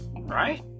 right